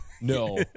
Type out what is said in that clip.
No